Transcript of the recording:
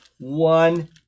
One